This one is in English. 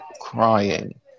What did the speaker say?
Crying